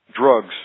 Drugs